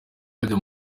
bajya